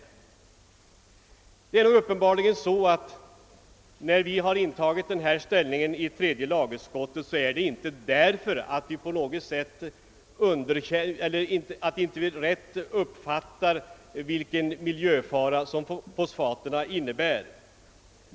Att tredje lagutskottet har intagit denna ställning beror inte på att vi inte skulle rätt uppfatta vilken miljöfara som fosfaten innebär.